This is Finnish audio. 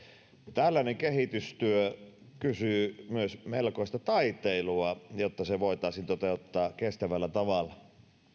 tällainen kehitystyö kysyy myös melkoista taiteilua jotta se voitaisiin toteuttaa kestävällä tavalla